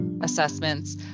assessments